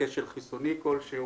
כשל חיסוני כלשהו.